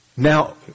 Now